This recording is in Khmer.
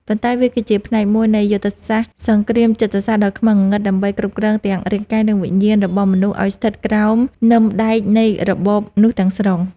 ប៉ុន្តែវាគឺជាផ្នែកមួយនៃយុទ្ធសាស្ត្រសង្គ្រាមចិត្តសាស្ត្រដ៏ខ្មៅងងឹត ដើម្បីគ្រប់គ្រងទាំងរាងកាយ និងវិញ្ញាណរបស់មនុស្សឱ្យស្ថិតក្រោមនឹមដែកនៃរបបនោះទាំងស្រុង